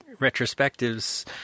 retrospectives